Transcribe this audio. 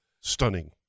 stunning